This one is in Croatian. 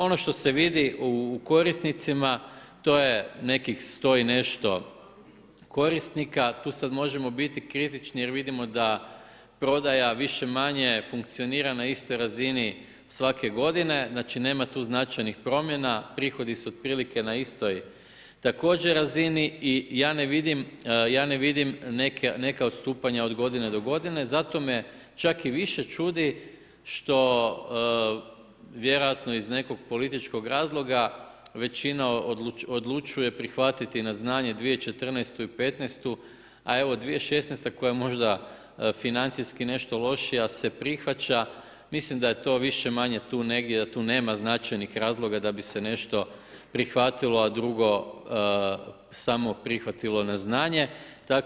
Ono što se vidi u korisnicima to je nekih 100 i nešto korisnika, tu sad možemo biti kritični jer vidimo da prodaja više-manje funkcionira na istoj razini svake godine, znači nema tu značajnih promjena, prihodi su otprilike na istoj također razini, i ja ne vidim neka odstupanja od godine do godine, zato me čak i više čudi što vjerojatno iz nekog političkog razloga, većina odlučuje prihvatiti na znanje 2014. i 2015, a evo 2016. koja je možda financijski nešto lošija se prihvaća, mislim da je to više-manje tu negdje, da tu nema značajnih razloga da bi se prihvatila a drugo samo prihvatilo samo na znanje.